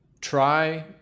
Try